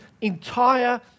entire